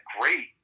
great